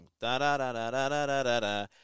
da-da-da-da-da-da-da-da